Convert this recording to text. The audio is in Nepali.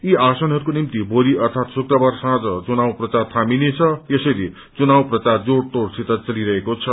यी आसनहरूको निम्ति भोलि अर्थात शुक्रबार सौंझ चुनाव प्रचार थामिनेछ यसैले चुनाव प्रचार जोड़तोड़सित चलिरहेको छ